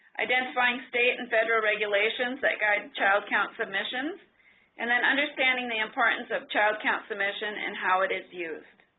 identifying state and federal regulations that guide child count submissions and then understanding the importance of child count submission and how it is used.